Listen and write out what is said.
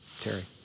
Terry